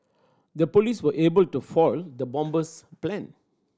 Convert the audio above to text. the police were able to foil the bomber's plan